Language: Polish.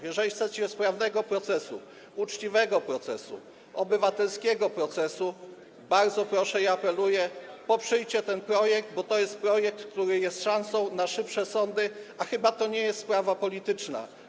Jeżeli chcecie procesu sprawnego, uczciwego, obywatelskiego, bardzo proszę i apeluję, poprzyjcie ten projekt, bo to jest projekt, który jest szansą na szybsze sądy, a chyba to nie jest sprawa polityczna.